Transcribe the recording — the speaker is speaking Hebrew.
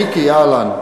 מיקי, אהלן.